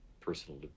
personal